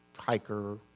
hiker